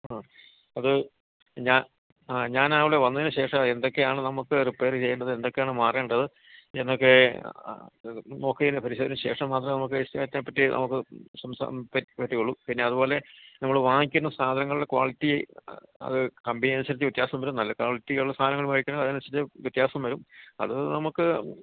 ആ അത് ഞാൻ ആ ഞാന് രാവിലെ വന്നതിന് ശേഷം എന്തെക്കെയാണ് നമുക്ക് റിപ്പേറ് ചെയ്യേണ്ടത് എന്തെക്കെയാണ് മാറേണ്ടത് എന്നൊക്കെ അത് വന്ന് നോക്കിയതിന് പരിശോധിച്ചതിന് ശേഷം മാത്രമേ നമുക്ക് എസ്റ്റിമേറ്റിനെ പറ്റി നമുക്ക് സംസാരം പെക് വരുവൊള്ളൂ പിന്നെ അതുപോലെ നമ്മൾ വാങ്ങിക്കുന്ന സാധനങ്ങളുടെ ക്വാളിറ്റിയെ അത് കമ്പിയന്സരിച്ച് വ്യത്യാസം വരും നല്ല കാളിറ്റി ഉള്ള സാധനങ്ങൾ വാങ്ങിക്കണേൽ അതിനനുസരിച്ച് വ്യത്യാസം വരും അത് നമുക്ക്